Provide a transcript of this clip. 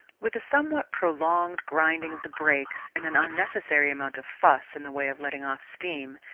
with a somewhat prolonged grinding of the brakes and an unnecessary amount of fuss in the way of letting off steam,